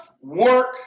work